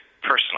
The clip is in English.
personally